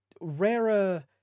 rarer